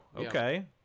okay